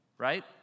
Right